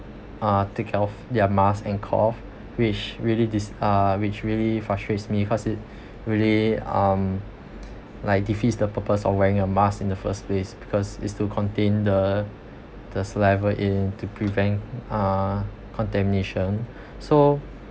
uh take off their mask and cough which really dis~ uh which really frustrates me because it really um like defeats the purpose of wearing the mask in the first place because is to contain the the saliva in to prevent uh contamination so